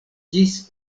ĝis